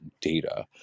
Data